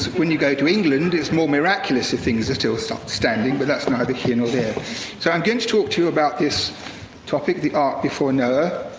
when you go to england, it's more miraculous if things are still still standing. but that's neither here nor there. so i'm going to talk to you about this topic, the ark before noah,